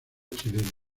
chileno